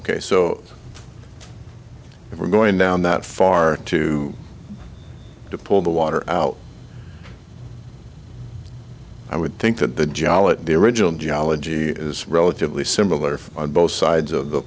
ok so we're going down that far to pull the water out i would think that the geology the original geology is relatively similar on both sides of the